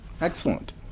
excellent